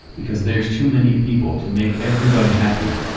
because there's too many people to make everybody happy.